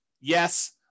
Yes